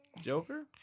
Joker